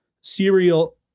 serial